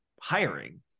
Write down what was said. hiring